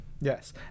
Yes